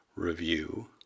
Review